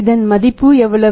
இன் மதிப்பு எவ்வளவு